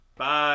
Bye